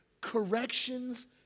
corrections